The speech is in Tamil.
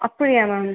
அப்படியா மேம்